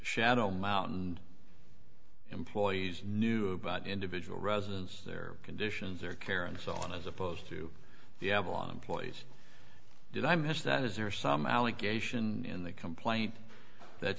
shadow mountain employees knew about individual residence their conditions or care and so on as opposed to the avalon employees did i miss that is there some allegation in the complaint that